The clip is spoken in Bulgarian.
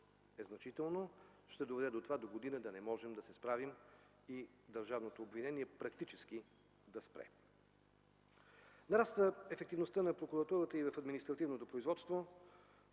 е значително, ще доведе до това догодина да не можем да се справим и държавното обвинение практически да спре. Нараства ефективността на прокуратурата и в административното производство.